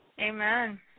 Amen